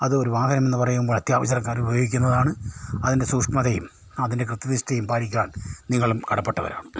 അത് വാഹനമെന്ന് പറയുമ്പോൾ അത്യാവശ്യക്കാർ ഉപയോഗിക്കുന്നതാണ് അതിൻ്റെ സൂക്ഷ്മതയും അതിൻ്റെ കൃത്യനിഷ്ടയും പാലിക്കുവാൻ നിങ്ങളും കടപ്പെട്ടവരാണ്